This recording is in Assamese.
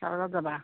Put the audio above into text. দহটা বজাত যাবা